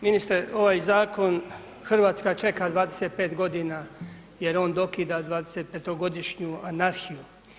Ministre, ovaj zakon Hrvatska čeka 25 g. jer on dokida 25-godišnju anarhiju.